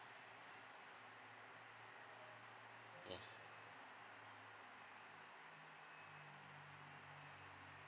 yes